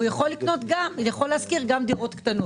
הוא יכול לשכור גם דירה קטנה?